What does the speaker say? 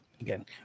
again